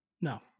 no